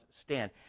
stand